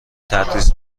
تدریس